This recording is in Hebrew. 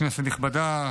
כנסת נכבדה,